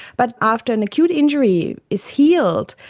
but after an acute injury is healed,